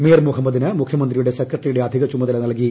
മീർ മുഹമ്മദിന് മുഖ്യമന്ത്രിയുടെ സെക്രട്ടറിയുടെ അധിക ചുമതല നൽകി